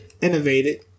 innovated